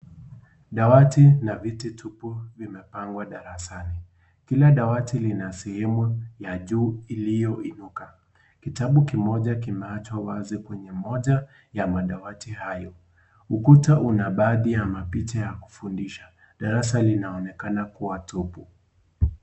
Dawati la viti tupu vimepangwa darasani. Kila dawati lina sehemu ya juu iliyoinuka. Kitabu kimoja kimeachwa wazi kwenye moja ya madawati hayo. Ukuta una baadhi ya mapicha ya kufundisha. Darasa linaonekana kuwa tupu.